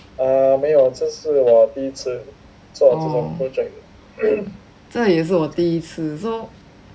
oh 这是我第一次 so